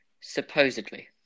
Supposedly